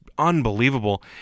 unbelievable